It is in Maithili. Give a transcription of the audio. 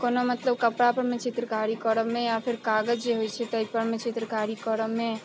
कोनो मतलब कपड़ापरमे चित्रकारी करऽमे या फिर कागज जे होइ छै ताहिपरमे चित्रकारी करऽमे